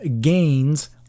gains